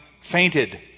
fainted